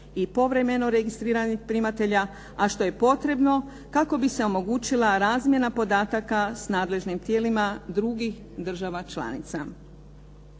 i povremeno registriranih primatelja, a što je potrebno kako bi se omogućila razmjena podataka s nadležnim tijela drugih država članica.